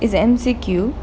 it's M_C_Q